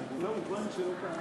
מי שכבר בירך את גדעון